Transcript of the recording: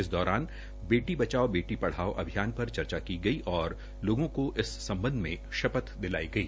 इस दौरान बेटी बचाओं बेटी पढ़ाओ अभियान पर चर्चा की र्ग और लोगों का इस सम्बध में शपथ दिलाई गई